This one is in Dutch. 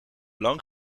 lang